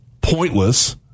pointless